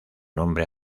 nombre